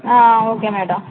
okay madam